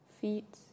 feet